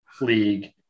League